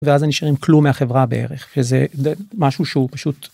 ואז נשארים כלום מהחברה בערך, שזה משהו שהוא פשוט.